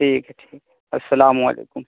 ٹھیک ہے ٹھیک ہے السلام علیکم